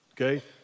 Okay